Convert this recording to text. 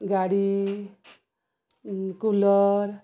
ଗାଡ଼ି କୁଲର